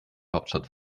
hauptstadt